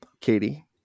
Katie